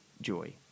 joy